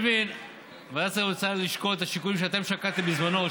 אני מבין שוועדת שרים רוצה לשקול את השיקולים שאתם שקלתם בזמנו,